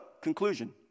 conclusion